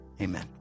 Amen